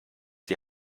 die